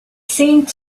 seemed